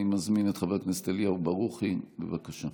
אני מזמין את חבר הכנסת אליהו ברוכי, בבקשה.